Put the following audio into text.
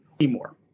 anymore